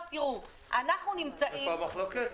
איפה המחלוקת?